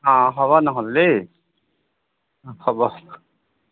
অ' হ'ব নহ'লে দেই অ' হ'ব